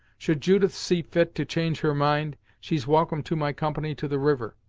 should judith see fit to change her mind, she's welcome to my company to the river,